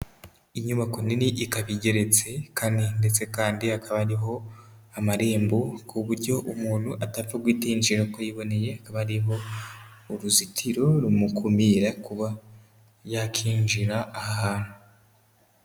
Inyubako nini ikaba igeretse kane ndetse kandi hakaba hariho amarembo ku buryo umuntu atapfa guhita yinjira uko yiboneye, hakaba hariho uruzitiro rumukumira kuba yakinjira aha hantu.